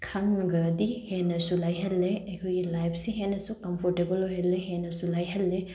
ꯈꯪꯂꯒꯗꯤ ꯍꯦꯟꯅꯁꯨ ꯂꯥꯏꯍꯟꯂꯦ ꯑꯩꯈꯣꯏꯒꯤ ꯂꯥꯏꯐꯁꯤ ꯍꯦꯟꯅꯁꯨ ꯀꯝꯐꯣꯔꯇꯦꯕꯜ ꯑꯣꯏꯍꯜꯂꯦ ꯍꯦꯟꯅꯁꯨ ꯂꯥꯏꯍꯜꯂꯦ